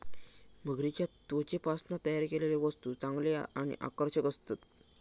मगरीच्या त्वचेपासना तयार केलेले वस्तु चांगले आणि आकर्षक असतत